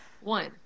one